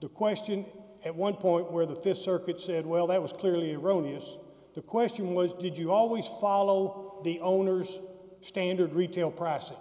the question at one point where the th circuit said well that was clearly wrong yes the question was did you always follow the owner's standard retail process